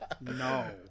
no